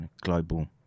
global